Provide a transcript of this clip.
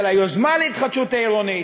של היוזמה להתחדשות העירונית.